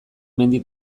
mendi